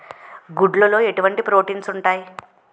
గుడ్లు లో ఎటువంటి ప్రోటీన్స్ ఉంటాయి?